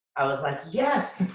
i was like yes,